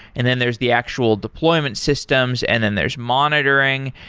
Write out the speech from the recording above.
and then there's the actual deployment systems and then there's monitoring.